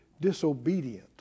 disobedient